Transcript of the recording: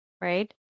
right